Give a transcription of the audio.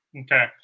Okay